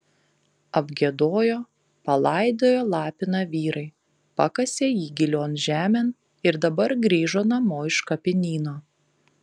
apgiedojo palaidojo lapiną vyrai pakasė jį gilion žemėn ir dabar grįžo namo iš kapinyno